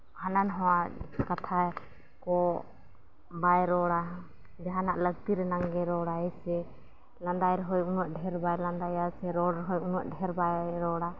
ᱦᱟᱱᱟ ᱱᱟᱣᱟ ᱠᱟᱛᱷᱟ ᱠᱚ ᱵᱟᱭ ᱨᱚᱲᱟ ᱡᱟᱦᱟᱱᱟᱜ ᱞᱟᱹᱠᱛᱤ ᱨᱮᱱᱟᱜ ᱜᱮ ᱨᱚᱲᱟᱭ ᱥᱮ ᱞᱟᱸᱫᱟᱭ ᱨᱮᱦᱚᱸ ᱩᱱᱟᱹᱜ ᱰᱷᱮᱨ ᱵᱟᱭ ᱞᱟᱸᱫᱟᱭᱟ ᱥᱮ ᱨᱚᱲ ᱨᱮᱦᱚᱸᱭ ᱩᱱᱟᱹᱜ ᱰᱷᱮᱨ ᱵᱟᱭ ᱨᱚᱲᱟ